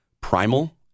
primal